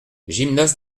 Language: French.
gymnase